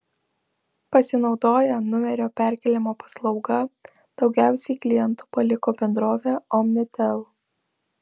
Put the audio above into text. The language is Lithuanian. pasinaudoję numerio perkėlimo paslauga daugiausiai klientų paliko bendrovę omnitel